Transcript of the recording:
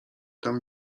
tam